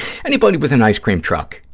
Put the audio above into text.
anybody with an ice-cream truck,